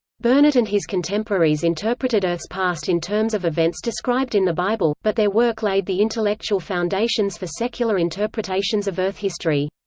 burnet and his contemporaries interpreted earth's past in terms of events described in the bible, but their work laid the intellectual foundations for secular interpretations of earth history.